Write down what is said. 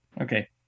Okay